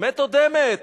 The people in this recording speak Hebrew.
באמת אודמת.